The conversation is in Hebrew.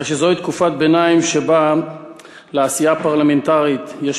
הרי שזוהי תקופת ביניים שבה לעשייה הפרלמנטרית יש